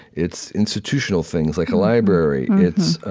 it's institutional things like a library. it's